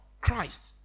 Christ